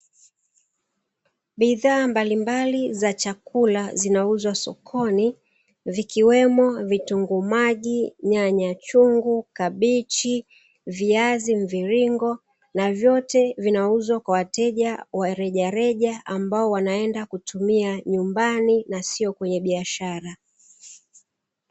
Bidhaa mbalimbali za chakula zinauzwa sokoni, vikiwemo: vitunguu maji, nyanya chungu, kabichi, viazi mviringo na vyote vinauzwa kwa wateja wa rejareja ambao wanaenda kutumia nyumbani na sio kwenye ya biashara.